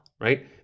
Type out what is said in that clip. right